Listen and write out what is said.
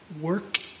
work